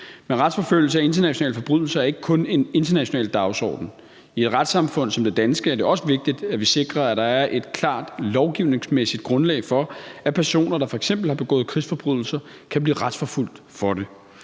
Men retsforfølgelse af internationale forbrydelser er ikke kun en international dagsorden. I et retssamfund som det danske er det også vigtigt, at vi sikrer, at der er et klart lovgivningsmæssigt grundlag for, at personer, der f.eks. har begået krigsforbrydelser, kan blive retsforfulgt for det.